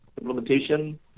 implementation